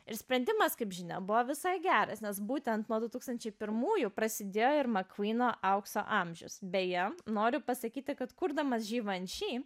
ir sprendimas kaip žinia buvo visai geras nes būtent nuo du tūkstančiai pirmųjų prasidėjo ir makvyno aukso amžius beje noriu pasakyti kad kurdamas givenchy